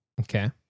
okay